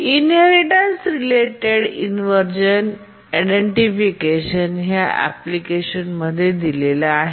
inheritance related इनव्हर्झनचे identification ह्या application मध्ये दिले आहे